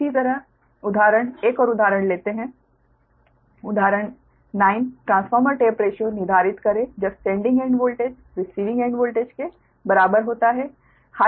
इसी तरह उदाहरण एक और उदाहरण लेते हैं उदाहरण 9 ट्रांसफार्मर टेप रेशिओ निर्धारित करें जब sending end voltage receiving end voltage के बराबर होता है